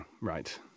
Right